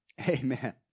Amen